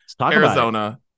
Arizona